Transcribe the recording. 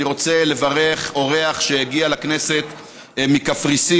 אני רוצה לברך אורח שהגיע לכנסת מקפריסין,